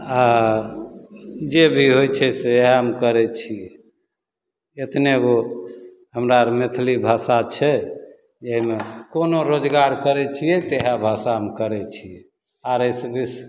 आओर जे भी होइ छै से इएहमे करै छिए एतनेगो हमरा आर मैथिली भाषा छै एहिमे कोनो रोजगार करै छिए तऽ इएह भाषामे करै छिए आओर अइसे बेसी